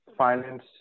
finance